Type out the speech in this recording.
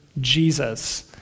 Jesus